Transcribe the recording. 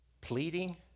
pleading